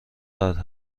قطع